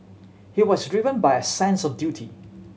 he was driven by a sense of duty